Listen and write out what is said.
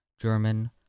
German